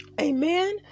amen